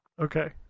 Okay